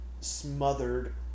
smothered